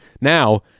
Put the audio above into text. Now